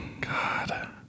God